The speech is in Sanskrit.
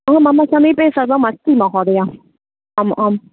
हा मम समीपे सर्वम् अस्ति महोदय आम् आम्